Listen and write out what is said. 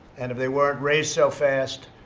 and if they weren't raised so fast,